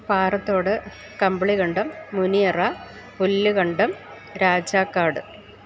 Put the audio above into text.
Parathodu Kambilikandam Muniyara Pullukandam Rajakkad